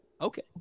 Okay